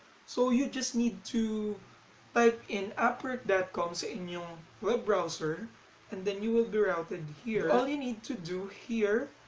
so you just need to type but in upwork dot com so in your web browser and then you will be routed here. all you need to do here